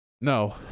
No